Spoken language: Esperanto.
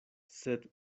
sed